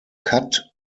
cut